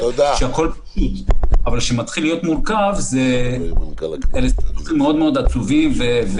אבל כשמתחיל להיות מורכב אלה מקרים מאוד עצובים.